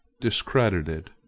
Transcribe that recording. DISCREDITED